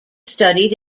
studied